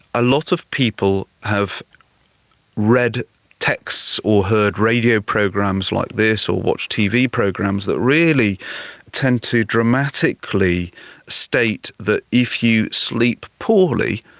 a lot of people have read texts or heard radio programs like this or watched tv programs that really tend to dramatically state that if you sleep poorly,